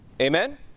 Amen